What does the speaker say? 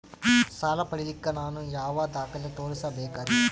ಸಾಲ ಪಡಿಲಿಕ್ಕ ನಾನು ಯಾವ ದಾಖಲೆ ತೋರಿಸಬೇಕರಿ?